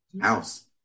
house